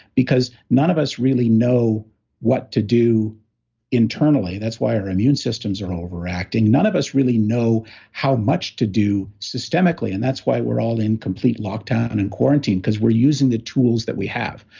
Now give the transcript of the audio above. because, none of us really know what to do internally, that's why our immune systems are overacting. none of us really know how much to do systemically, and that's why we're all in complete lockdown and in quarantine, because we're using the tools that we have.